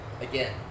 Again